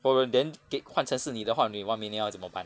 prov~ then 给换成是你的话你的 one million 要怎么办